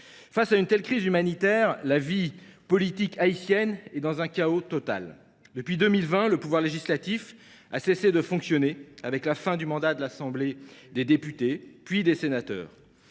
Face à une telle crise humanitaire, la vie politique haïtienne connaît un chaos total. Depuis 2020, le pouvoir législatif a cessé de fonctionner, avec la fin du mandat de l’ensemble des députés, puis des sénateurs.